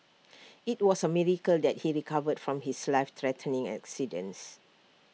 IT was A miracle that he recovered from his life threatening accidents